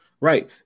Right